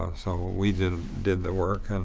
ah so ah we did did the work.